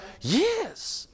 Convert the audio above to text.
Yes